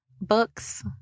books